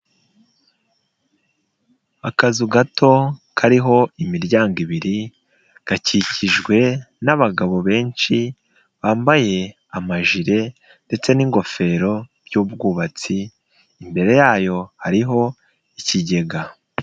Akazu gato kariho imiryango ibiri gakikijwe n'abagabo benshi bambaye amajire ndetse n'ingofero by'ubwubatsi, imbere yayo hariho ikigega.